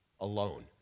alone